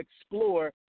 explore